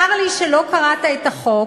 צר לי שלא קראת את החוק,